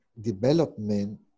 development